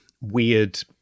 weird